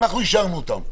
אישרנו אותן.